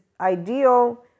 ideal